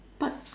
but